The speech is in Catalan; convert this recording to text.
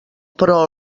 però